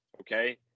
Okay